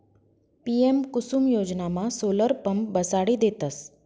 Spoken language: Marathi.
पी.एम कुसुम योजनामा सोलर पंप बसाडी देतस